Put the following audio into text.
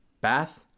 Bath